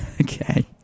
Okay